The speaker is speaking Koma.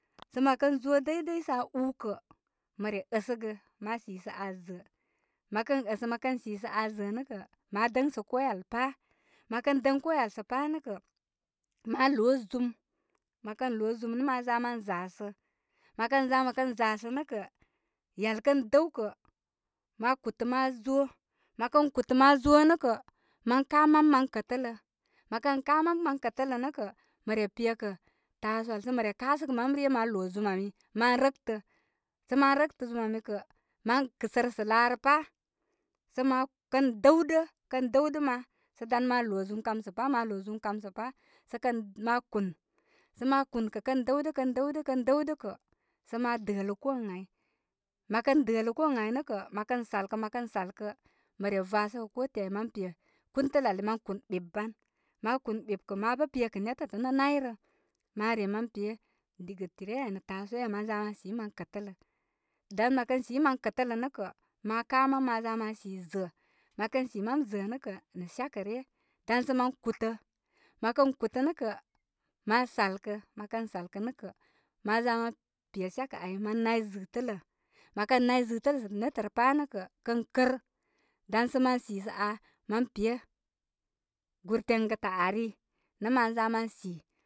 Sə mə kən zo dəydəy sə aa ūū kə' mə re əsəgə ma si sə aa zāā mə kən əsə mə kə sisə aa zə'ə nə kə, ma dəŋ koo oyal səpā nə kə ma loo zum, mə kə loozum nə' maza ma zasə, mə kanza mə kə'n zasə nə' kə' yal kəw dəw kə' ma kutə ma zo, məkən kut man zo nə' kə man ka mam man zo nə' katrn' man ka mam man kətələ nə' kə' mə re pe kə' tasuwal sə mə re kasəgə mam sə ryə ma lo' zum ami ma raktə sə ma rəkə zum ami kə' ma kɨsərə sə' laa rə pa' sə ma, kən dəwdə, kə dəwdə ma sadan ma lō zum kam sə pa, ma lo zum kam sə pa sə kə, ma kun sə ma kunkə', kən dəwdə kən dəwdə, kən dəwdə kə' sə ma dələ koo ən ai mə kən dələ koo ən ai nə' kə', mə kən salk, mə kən salktə, mə ro vasəgə koo ti mən pe kumtəl ali mən kun ɓip batn ma kun ɓip kə ma bə pe netətə nə nayrə ma re ma pe diga tir nə tasuwani maza ma sii man kətələ dan mə kə sii man kətələ nə' kə, ma ka mam ma za man si zāā mə kən si mam zə'ə' nə' kə' nə' syakə' ryə dan sən ma kudə' mə kə kutə nə' kə' ma salkə mə kə salkə nə' kə', mən za ma pe shyakə ai mə nay zɨtələ məkən nay, zɨtələ sə netə rə pa' nə' kə' kən kər, dan sə ma si sə aa, mə pe gur teygətə ari nə mən za mən sii.